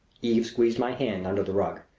eve squeezed my hand under the rug.